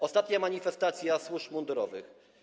Ostatnio była manifestacja służb mundurowych.